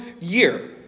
year